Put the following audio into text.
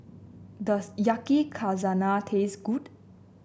does Yakizakana taste good